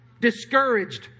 discouraged